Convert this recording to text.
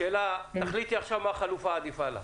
תחליטי עכשיו מה החלופה העדיפה לך,